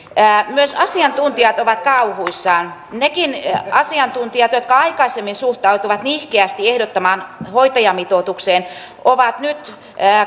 myös asiantuntijat ovat kauhuissaan nekin asiantuntijat jotka aikaisemmin suhtautuivat nihkeästi ehdottamaamme hoitajamitoitukseen ovat nyt